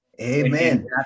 Amen